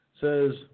says